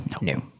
new